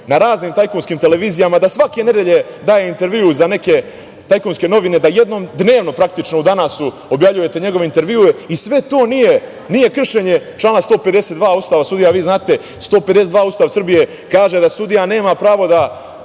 na raznim tajkunskim televizijama, da svake nedelje daje intervju za neke tajkunske novine, da jednom dnevnom u „Danas“ objavljuju njegove intervjue, i sve to nije kršenje člana 152. Ustava. Vi znate da član 152. Ustava Srbije kaže da sudija nema pravo da